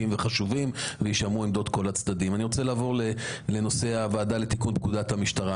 מתמידים בין השמירה על הסדר ומניעתן של עבירות מצד אחד,